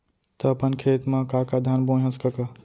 त अपन खेत म का का धान बोंए हस कका?